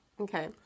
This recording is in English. Okay